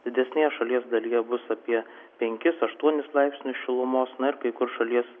didesnėje šalies dalyje bus apie penkis aštuonis laipsnius šilumos kai kur šalies